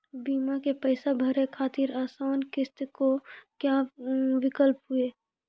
बीमा के पैसा भरे खातिर आसान किस्त के का विकल्प हुई?